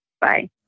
bye